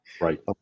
Right